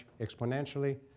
exponentially